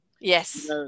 Yes